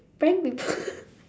prank people